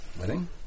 Wedding